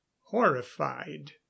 horrified